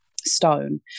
stone